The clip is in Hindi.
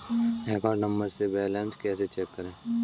अकाउंट नंबर से बैलेंस कैसे चेक करें?